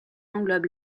englobe